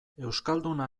euskalduna